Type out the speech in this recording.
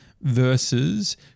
versus